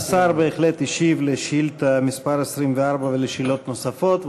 השר בהחלט השיב על שאילתה מס' 24 ועל שאלות נוספות.